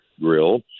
grill